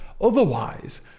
otherwise